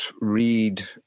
read